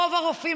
רוב הרופאים,